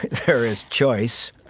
there is choice,